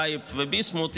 טייב וביסמוט,